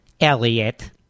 Elliot